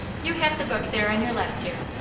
you have the book there on your lap, dear.